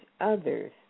others